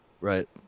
Right